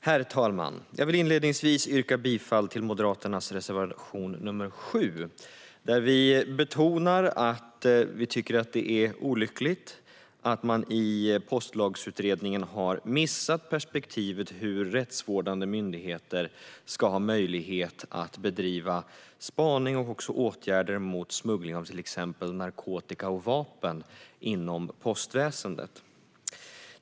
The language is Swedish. Herr talman! Jag vill inledningsvis yrka bifall till Moderaternas reservation nr 7. Vi betonar att vi tycker att det är olyckligt att man i Postlagsutredningen har missat perspektivet hur rättsvårdande myndigheter ska ha möjlighet att bedriva spaning och vidta åtgärder mot smuggling av till exempel narkotika och vapen inom postväsendet.